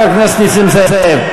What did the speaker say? חבר הכנסת נסים זאב?